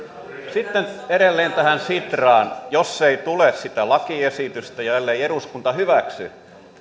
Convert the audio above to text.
sitten edelleen tähän sitraan jos ei tule sitä lakiesitystä ja ellei eduskunta hyväksy